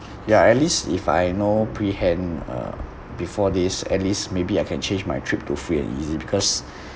ya at least if I know pre-hand uh before this at least maybe I can change my trip to free and easy because